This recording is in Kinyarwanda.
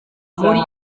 muri